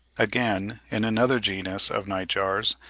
again, in another genus of night-jars,